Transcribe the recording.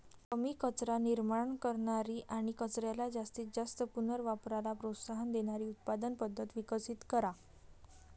कमी कचरा निर्माण करणारी आणि कचऱ्याच्या जास्तीत जास्त पुनर्वापराला प्रोत्साहन देणारी उत्पादन पद्धत विकसित करा